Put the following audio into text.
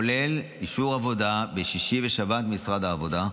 כולל קבלת אישור עבודה בשישי ושבת ממשרד העבודה.